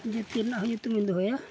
ᱡᱟᱹᱛᱤ ᱨᱮᱱᱟᱜᱦᱚᱸ ᱧᱩᱛᱩᱢᱤᱧ ᱫᱚᱦᱚᱭᱟ